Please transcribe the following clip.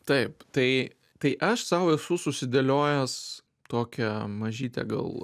taip tai tai aš sau esu susidėliojęs tokią mažytę gal